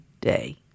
day